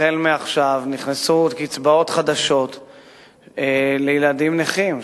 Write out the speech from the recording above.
החל מעכשיו נכנסו עוד קצבאות חדשות לילדים נכים,